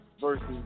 versus